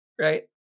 right